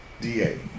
D-A